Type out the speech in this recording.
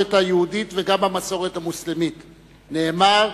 במסורת היהודית וגם במסורת המוסלמית נאמר: